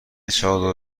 چادر